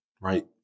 right